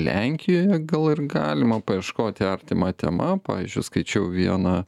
lenkijoj gal ir galima paieškoti artima tema pavyzdžiui skaičiau vieną